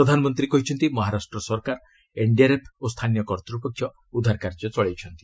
ପ୍ରଧାନମନ୍ତ୍ରୀ କହିଛନ୍ତି ମହାରାଷ୍ଟ୍ର ସରକାର ଏନ୍ଡିଆର୍ଏଫ୍ ଓ ସ୍ଥାନୀୟ କର୍ତ୍ତ୍ୱପକ୍ଷ ଉଦ୍ଧାର କାର୍ଯ୍ୟ ଚଳାଇଛନ୍ତି